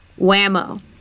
whammo